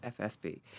FSB